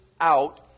out